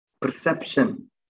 Perception